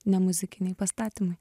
ne muzikiniai pastatymai